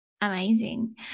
Amazing